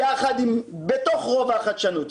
בתוך רובע החדשנות,